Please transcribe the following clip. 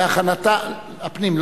הפנים,